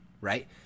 right